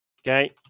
Okay